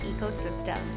ecosystem